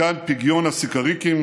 מכאן פגיון הסיקריקים